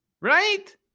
Right